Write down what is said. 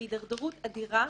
היא הידרדרות אדירה,